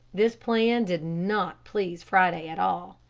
this plan did not please friday at all.